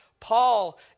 Paul